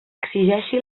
exigeixi